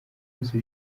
wese